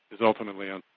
is ultimately and